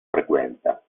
frequenta